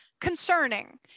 concerning